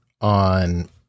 on